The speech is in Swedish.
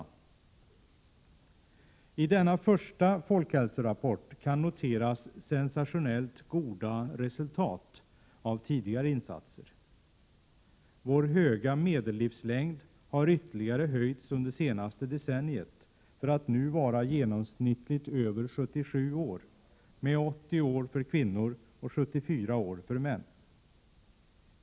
I denna första folkhälsorapport kan noteras sensationellt goda resultat av tidigare insatser. Vår höga medellivslängd har ytterligare höjts under det senaste decenniet, för att nu genomsnittligt vara över 77 år, med 80 år för kvinnor och 74 år för män.